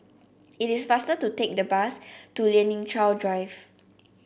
it is faster to take the bus to Lien Ying Chow Drive